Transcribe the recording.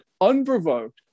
unprovoked